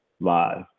live